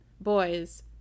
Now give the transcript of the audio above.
boys